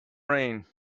rain